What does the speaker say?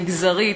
מגזרית,